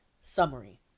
Summary